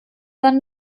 dann